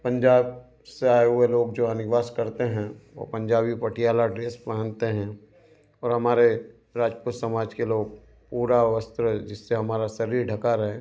पंजाब से आए हुए लोग जो यहाँ निवास करते हैं वह पंजाबी पट्याला ड्रेस पहनते हैं और हमारे राजपूत समाज के लोग पूरा वस्त्र जिससे हमारा शरीर ढका रहे